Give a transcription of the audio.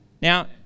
Now